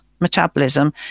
metabolism